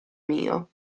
mio